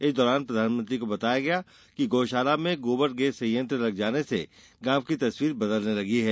इस दौरान प्रधानमंत्री को बताया गया कि गौशाला में गोबर गैस संयंत्र लग जाने से गांव की तस्वीर बदलने लगी है